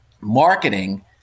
marketing